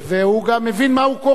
והוא מבין מה הוא קורא.